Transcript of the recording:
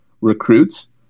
recruits